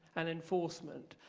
and enforcement.